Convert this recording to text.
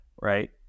right